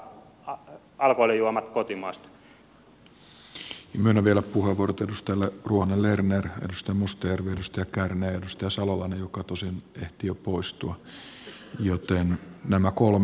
myönnän vie lä puheenvuorot edustajille ruohonen lerner mustajärvi kärnä ja salolainen joka tosin ehti jo poistua joten nämä kolme